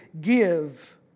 give